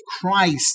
Christ